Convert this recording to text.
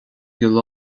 gcill